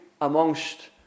amongst